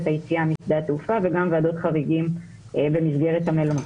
היציאה משדה התעופה וגם ועדות חריגים במסגרת המלונית.